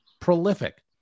prolific